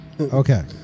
Okay